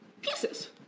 pieces